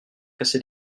casser